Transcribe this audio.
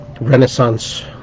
renaissance